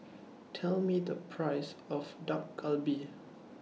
Tell Me The Price of Dak Galbi